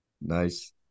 nice